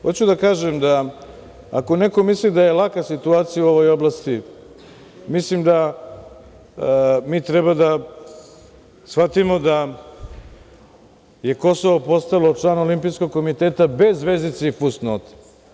Hoću da kažem da, ako neko misli da je laka situacija u ovoj oblasti, mislim da mi treba da shvatimo da je Kosovo postalo član Olimpijskog komiteta bez zvezdica i fusnota.